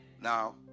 Now